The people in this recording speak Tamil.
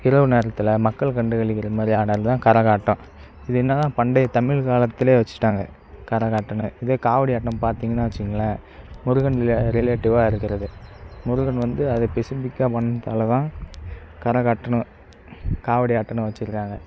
இரவு நேரத்தில் மக்கள் கண்டு களிக்கிற மாதிரி ஆடல் தான் கரகாட்டம் இது என்னான்னால் பண்டை தமிழ் காலத்திலையே வச்சுட்டாங்க கரகாட்டோம்னு இதே காவடி ஆட்டம் பார்த்தீங்கன்னா வச்சிக்கோங்களேன் முருகன் ரிலே ரிலேடிவ்வாக இருக்கிறது முருகன் வந்து அதை பெசிஃபிக்காக பண்ணுறத்துனாலதான் கரகாட்டோம்னு காவடி ஆட்டோம்னு வச்சுருக்காங்க